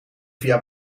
via